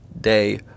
day